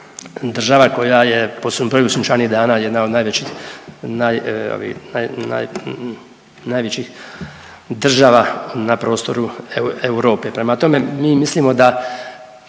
država koja je po svom broju sunčanih dana jedna od najvećih država na prostoru Europe. Prema tome, mi mislimo da